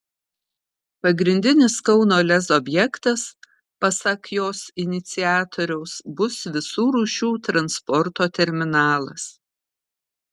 pagrindinis kauno lez objektas pasak jos iniciatoriaus bus visų rūšių transporto terminalas